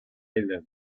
island